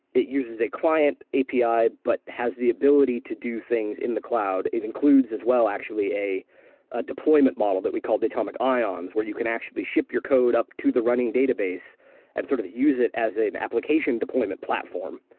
it uses a client api but has the ability to do things in the cloud. it includes as well actually a ah deployment model that we call datomic ions, where you can actually ship your code up to the running database and sort of use it as an application deployment platform.